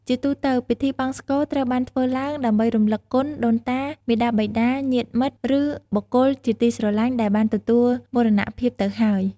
ជាទូទៅ ពិធីបង្សុកូលត្រូវបានធ្វើឡើងដើម្បីរំលឹកគុណ ដូនតា មាតាបិតា ញាតិមិត្ត ឬបុគ្គលជាទីស្រឡាញ់ដែលបានទទួលមរណភាពទៅហើយ។